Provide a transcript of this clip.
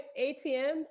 ATMs